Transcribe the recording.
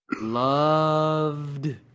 loved